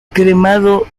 cremado